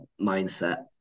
mindset